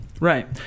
Right